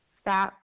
stop